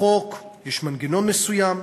בחוק יש מנגנון מסוים,